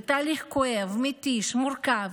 זה תהליך כואב, מתיש, מורכב.